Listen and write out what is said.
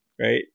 Right